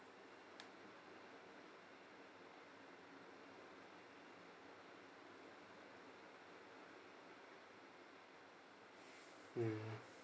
mm